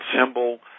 symbol